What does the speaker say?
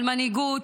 על מנהיגות,